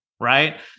right